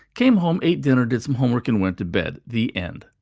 came home, ate dinner, did some homework and went to bed. the end.